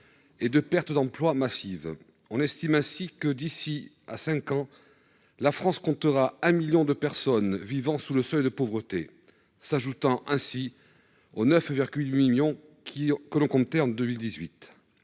et de pertes d'emploi massives. On estime ainsi que, d'ici à cinq ans, la France comptera 1 million de personnes supplémentaires vivant sous le seuil de pauvreté, s'ajoutant ainsi aux 9,8 millions que l'on comptait déjà en 2018.